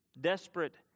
desperate